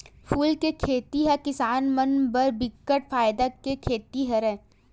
फूल के खेती ह किसान मन बर बिकट फायदा के खेती हरय